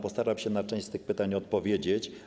Postaram się na część z tych pytań odpowiedzieć.